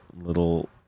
little